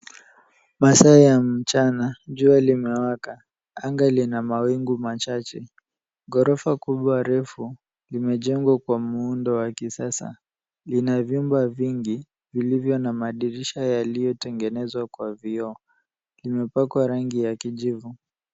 Masaa ya mchana jua limewaka anga lina mawingu Machache. Ghorofa kubwa refu limejengwa kuwa muundo wa kisasa lina vyumba vingi vilivyo na Madirisha yaliyotengenezwa kwa Vioo na limepakwa rangi ya kijivu.